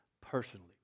personally